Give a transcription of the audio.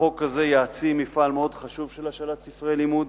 החוק הזה יעצים מפעל מאוד חשוב של השאלת ספרי לימוד,